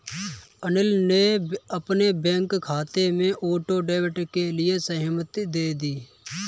अनिल ने अपने बैंक खाते में ऑटो डेबिट के लिए सहमति दे दी